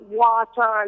water